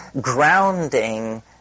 grounding